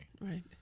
Right